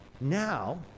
Now